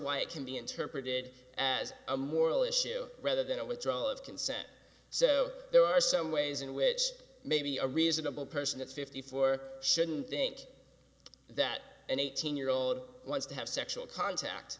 why it can be interpreted as a moral issue rather than a withdrawal of consent so there are some ways in which maybe a reasonable person at fifty four shouldn't think that an eighteen year old wants to have sexual contact